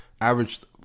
averaged